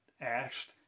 asked